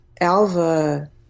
Alva